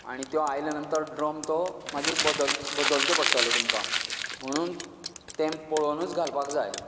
आनी त्यो आयल्या नंतर ड्रम तो मागीर बदल बदलचो पडटलो तुमकां म्हणून ते पळोवनच घालपाक जाय